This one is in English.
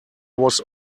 was